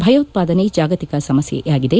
ಭೆಯೋತ್ವಾದನೆ ಜಾಗತಿಕ ಸಮಸ್ಯೆಯಾಗಿದೆ